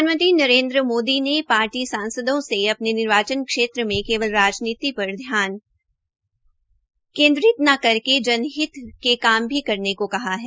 प्रधानमंत्री नरेन्द्र मोदी ने पार्टी सांसदों से अपने निर्वाचन क्षेत्रों में केवल राजनीति पर ध्यान केन्द्रित न करके जनहित के काम भी करने को कहा है